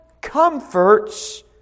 comforts